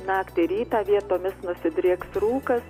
naktį rytą vietomis nusidrieks rūkas